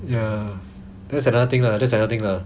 ya that's another thing lah that's another thing lah